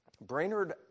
Brainerd